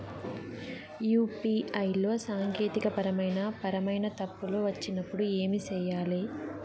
UPI లో సాంకేతికపరమైన పరమైన తప్పులు వచ్చినప్పుడు ఏమి సేయాలి